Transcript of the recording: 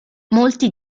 molti